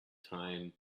time